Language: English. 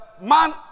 man